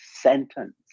sentence